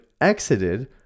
exited